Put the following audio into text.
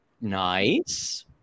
nice